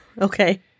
Okay